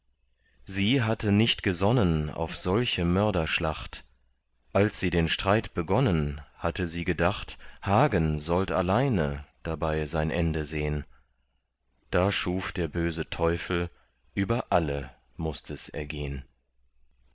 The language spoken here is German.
sie hatte nicht gesonnen auf solche mörderschlacht als sie den streit begonnen hatte sie gedacht hagen sollt alleine dabei sein ende sehn da schuf der böse teufel über alle mußt es ergehn